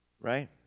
right